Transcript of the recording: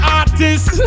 artist